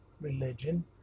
religion